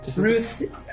Ruth